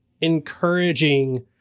encouraging